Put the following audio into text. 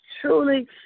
truly